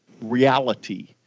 reality